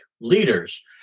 leaders